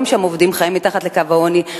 שבהם שני ההורים עובדים, חיים מתחת לקו העוני.